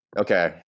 Okay